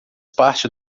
parte